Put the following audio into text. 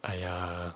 !aiya!